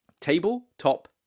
Tabletop